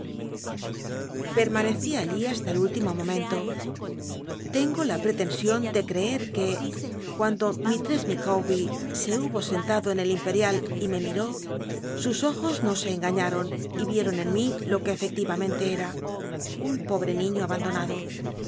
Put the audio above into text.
permanecí allí basta el úllimo momento tengo la pretension de creer que cuando mislless ljicawbct se hubo sentado en el imperial y me miró sus ojos no se engañaron y vieron en mí lo que efeelivamenle era un pobre niño abandonado